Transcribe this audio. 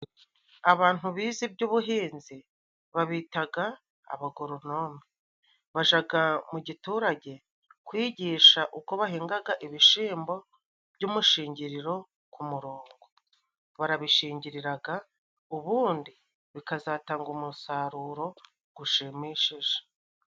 Abantu bize iby'ubuhinzi babitaga abagoronome , bajaga mu giturage kwigisha uko bahingaga ibishimbo by'umushingiriro ku murongo . Barabishingiriraga , ubundi bikazatanga umusaruro gushimishije.